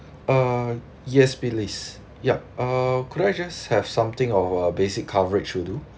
uh yes please ya uh could I just have something of a basic coverage will do